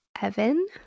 Evan